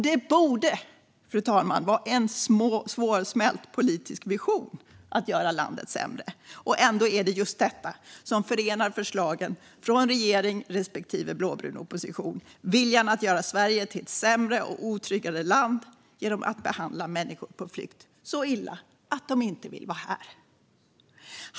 Det borde vara en svårsmält politisk vision att göra landet sämre, fru talman, och ändå är det just detta som förenar förslagen från regering respektive blåbrun opposition: viljan att göra Sverige till ett sämre och otryggare land genom att behandla människor på flykt så illa att de inte vill vara här.